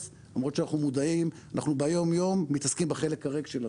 למרות שאנחנו ביום יום מתעסקים בחלק הריק של הכוס.